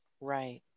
Right